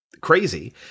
crazy